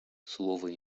слово